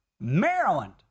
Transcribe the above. Maryland